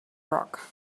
rock